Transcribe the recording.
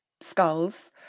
skulls